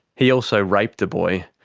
he also raped a boy,